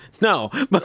no